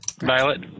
Violet